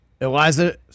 Eliza